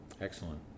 Excellent